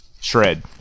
Shred